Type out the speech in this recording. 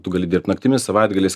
tu gali dirbt naktimis savaitgaliais